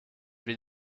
will